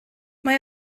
mae